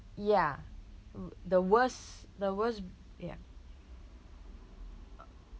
ya the worst the worst ya